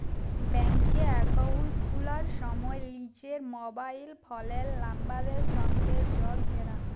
ব্যাংকে একাউল্ট খুলার সময় লিজের মবাইল ফোলের লাম্বারের সংগে যগ ক্যরা